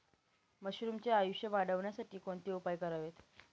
मशरुमचे आयुष्य वाढवण्यासाठी कोणते उपाय करावेत?